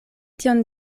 tion